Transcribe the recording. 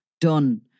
done